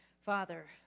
Father